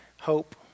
hope